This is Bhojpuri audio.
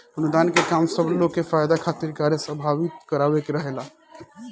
अनुदान के काम सब लोग के फायदा खातिर कार्य संपादित करावे के रहेला